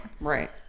Right